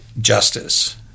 justice